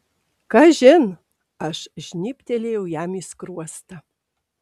kažin aš žnybtelėjau jam į skruostą